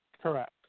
Correct